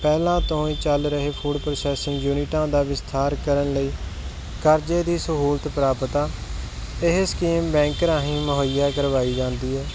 ਪਹਿਲਾਂ ਤੋਂ ਹੀ ਚੱਲ ਰਹੇ ਫੂਡ ਪ੍ਰੋਸੈਸਿੰਗ ਯੂਨਿਟਾਂ ਦਾ ਵਿਸਥਾਰ ਕਰਨ ਲਈ ਕਰਜ਼ੇ ਦੀ ਸਹੂਲਤ ਪ੍ਰਾਪਤ ਆ ਇਹ ਸਕੀਮ ਬੈਂਕ ਰਾਹੀਂ ਮੁਹੱਈਆ ਕਰਵਾਈ ਜਾਂਦੀ ਹੈ